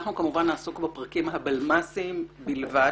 אנחנו כמובן נעסוק בפרקים הבלמ"סים בלבד.